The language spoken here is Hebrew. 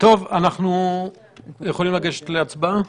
אנחנו יכולים לגשת להצבעה?